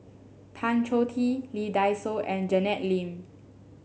Tan Choh Tee Lee Dai Soh and Janet Lim